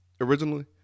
originally